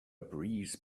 breeze